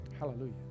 Hallelujah